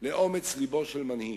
לאומץ לבו של מנהיג.